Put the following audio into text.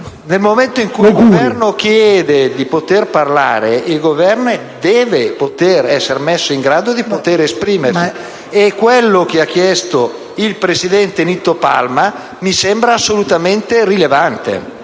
Nel momento in cui chiede di parlare, il Governo deve essere messo in grado di esprimersi, e quello che ha chiesto il senatore Palma mi sembra assolutamente rilevante.